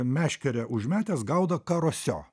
meškerę užmetęs gaudo karosio